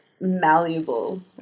malleable